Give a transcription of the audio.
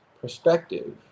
perspective